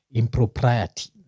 impropriety